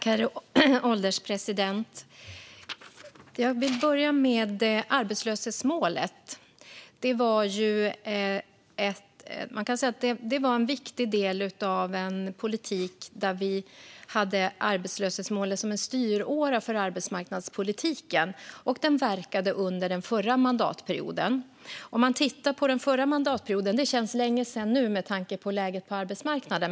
Herr ålderspresident! Arbetslöshetsmålet var en viktig del, en styråra, för arbetsmarknadspolitiken. Den verkade under förra mandatperioden. Den förra mandatperioden känns länge sedan nu, med tanke på läget på arbetsmarknaden.